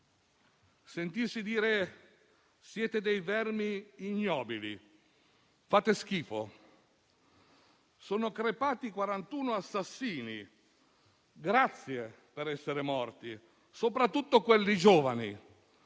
dell'odio): "Siete dei vermi ignobili"; "Fate schifo"; "Sono crepati 41 assassini: grazie per essere morti, soprattutto quelli giovani";